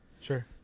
sure